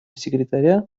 секретаря